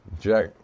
Jack